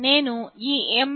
నేను ఈ mbed